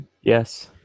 Yes